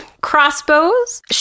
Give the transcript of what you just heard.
Crossbows